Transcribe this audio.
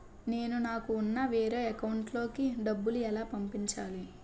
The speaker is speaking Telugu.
నేను నాకు ఉన్న వేరే అకౌంట్ లో కి డబ్బులు ఎలా పంపించాలి?